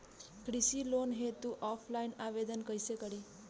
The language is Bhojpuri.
कृषि लोन हेतू ऑफलाइन आवेदन कइसे करि?